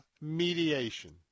mediation